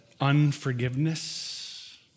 unforgiveness